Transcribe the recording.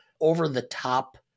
over-the-top